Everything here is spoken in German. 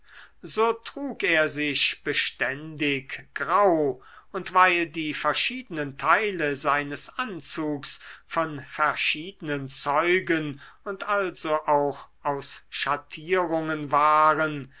so trug er sich beständig grau und weil die verschiedenen teile seines anzugs von verschiedenen zeugen und also auch schattierungen waren